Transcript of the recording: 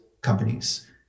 companies